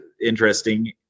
interesting